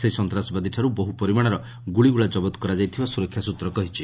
ସେହି ସନ୍ତାସବାଦୀଠାରୁ ବହୁ ପରିମାଣର ଗୁଳିଗୋଳା ଜବତ କରାଯାଇଥିବା ସୁରକ୍ଷା ସ୍ବତ୍ର କହିଛି